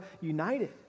united